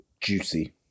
Juicy